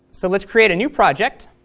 so let's create a new project.